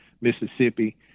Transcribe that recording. Mississippi